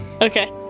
okay